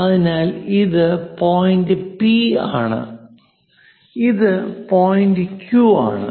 അതിനാൽ ഇത് point P ആണ് ഇത് പോയിന്റ് Q ആണ്